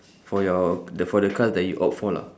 for your for the cars that you opt for lah